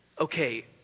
Okay